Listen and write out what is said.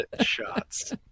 Shots